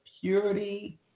purity